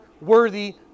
worthy